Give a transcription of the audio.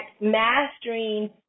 mastering